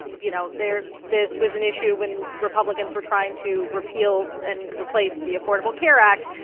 you know, there this was an issue when republicans were trying to repeal and replace the affordable care act,